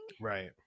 right